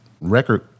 record